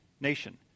nation